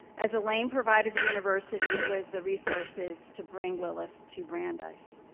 as elaine provided the university with the resources to bring lilith to brandeis.